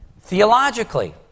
theologically